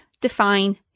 define